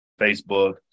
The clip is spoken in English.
Facebook